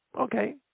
Okay